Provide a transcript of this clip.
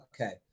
Okay